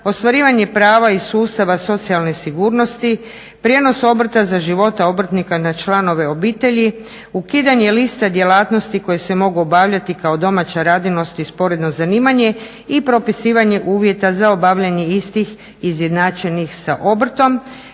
ostvarivanje prava i sustava socijalne sigurnosti, prijenos obrta za života obrtnika na članove obitelji, ukidanje liste djelatnosti koje se mogu obavljati kao domaća radinost i sporedno zanimanje i propisivanje uvjeta za obavljanje istih izjednačenih sa obrtom,